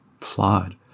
flawed